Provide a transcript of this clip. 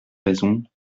raison